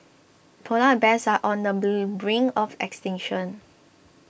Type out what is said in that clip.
Polar Bears are on the brink of extinction